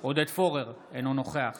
עודד פורר, אינו נוכח